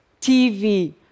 TV